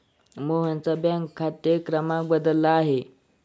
मोहनचा बँक खाते क्रमांक बदलला आहे